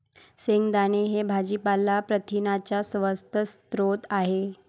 शेंगदाणे हे भाजीपाला प्रथिनांचा स्वस्त स्रोत आहे